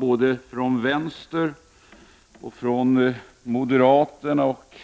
Nu har vänsterpartiet, moderaterna och